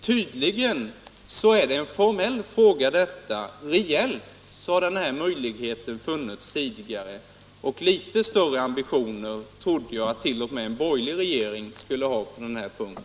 Tydligen är detta en formell fråga. Reellt har denna möjlighet funnits tidigare. Litet större ambitioner trodde jag t.o.m. att en borgerlig regering skulle ha på denna punkt.